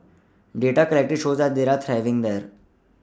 data collected shows that they are thriving there